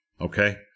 Okay